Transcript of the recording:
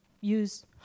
use